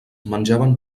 menjaven